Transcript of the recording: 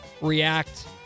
react